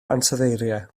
ansoddeiriau